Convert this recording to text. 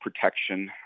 protection